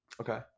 Okay